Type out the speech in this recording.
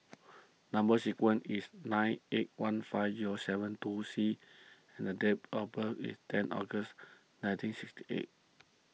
Number Sequence is nine eight one five zero seven two C and the date of birth is ten August nineteen sixty eight